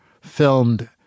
filmed